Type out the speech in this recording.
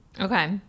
okay